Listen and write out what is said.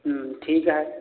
ठीक है